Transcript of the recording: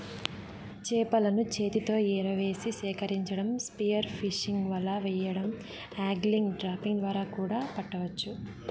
చేపలను చేతితో ఎరవేసి సేకరించటం, స్పియర్ ఫిషింగ్, వల వెయ్యడం, ఆగ్లింగ్, ట్రాపింగ్ ద్వారా కూడా పట్టవచ్చు